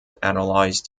analyzed